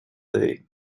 day